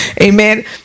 Amen